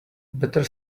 better